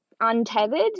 untethered